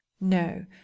no